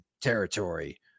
territory